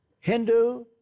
Hindu